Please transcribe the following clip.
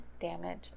damage